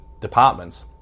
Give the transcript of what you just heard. departments